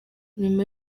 nyuma